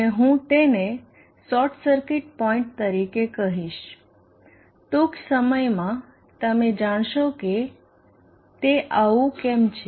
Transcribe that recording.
અને હું તેને શોર્ટ સર્કિટ પોઇન્ટ તરીકે કહીશ ટૂંક સમયમાં તમે જાણશો કે તે આવું કેમ છે